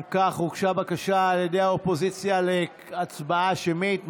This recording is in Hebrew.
אם כך, הוגשה בקשה על ידי האופוזיציה להצבעה שמית.